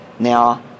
now